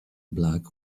black